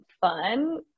fun